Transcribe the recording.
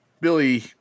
billy